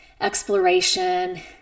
exploration